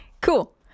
cool